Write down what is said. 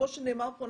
כמו שנאמר פה,